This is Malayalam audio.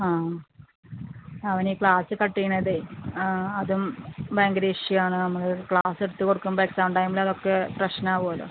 ആ അവനി ക്ലാസ്സ് കട്ട് ചെയ്യണതെ ആ അതും ഭയങ്കര ഇഷ്യു ആണ് നമ്മളിവിടെ ക്ലാസ് എടുത്ത് കൊടുക്കുമ്പം എക്സാം ടൈംമിലതൊക്കെ പ്രശ്നാവുവല്ലൊ